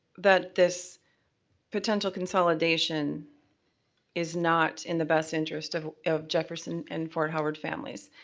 that this potential consolidation is not in the best interest of of jefferson and fort howard families?